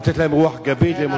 ואת מסגרת הפעילות של הארגון.